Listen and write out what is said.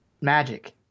magic